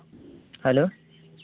hello